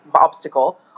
obstacle